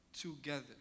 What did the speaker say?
Together